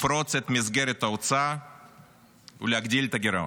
לפרוץ את מסגרת ההוצאה ולהגדיל את הגירעון.